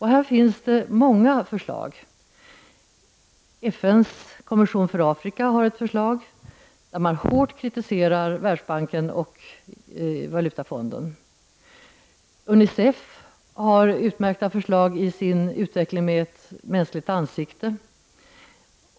Här finns det många förslag. FN:s kommission för Afrika har ett förslag, där man hårt kritiserar Världsbanken och Valutafonden. UNICEF har utmärkta förslag i sin ”Utveckling med mänskligt ansikte”.